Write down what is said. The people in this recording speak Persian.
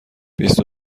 بیست